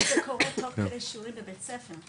גם זה קורה תוך כדי שיעורים בבית ספר,